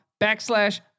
backslash